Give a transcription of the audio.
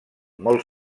molt